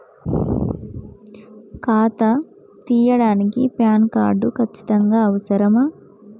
ఖాతా తీయడానికి PAN card ఖచ్చితంగా అవసరమా?